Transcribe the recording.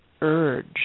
urge